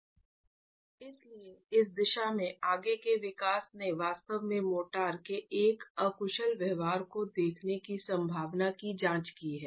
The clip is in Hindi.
इसलिए इस दिशा में आगे के विकास ने वास्तव में मोर्टार के एक अकुशल व्यवहार को देखने की संभावना की जांच की है